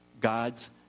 God's